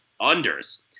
unders